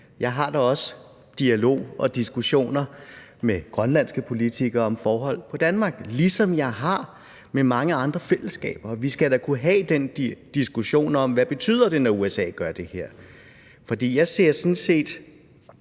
jeg da også dialog og diskussioner med grønlandske politikere om forhold i Danmark, ligesom jeg har med mange andre fællesskaber. Vi skal da kunne have den diskussion om, hvad det betyder, når USA gør det her. For jeg ser sådan set